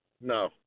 No